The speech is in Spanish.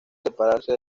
separarse